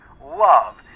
love